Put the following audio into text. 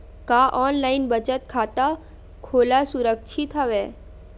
का ऑनलाइन बचत खाता खोला सुरक्षित हवय?